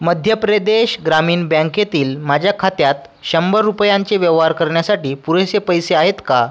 मध्य प्रदेश ग्रामीण बँकेतील माझ्या खात्यात शंभर रुपयांचे व्यवहार करण्यासाठी पुरेसे पैसे आहेत का